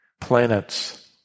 planets